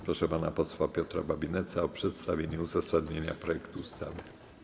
Proszę pana posła Piotra Babinetza o przedstawienie uzasadnienia projektu ustawy.